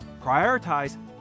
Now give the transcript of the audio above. Prioritize